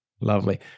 Lovely